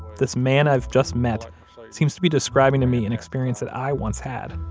this man i've just met seems to be describing to me an experience that i once had